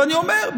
ואני אומר,